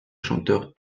chanteur